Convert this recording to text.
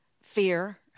Fear